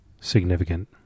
significant